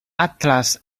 atlas